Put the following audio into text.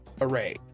array